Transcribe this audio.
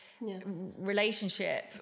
relationship